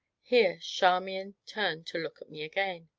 here charmian turned to look at me again.